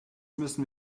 müssen